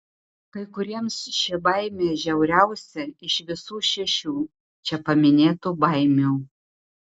kai kuriems ši baimė žiauriausia iš visų šešių čia paminėtų baimių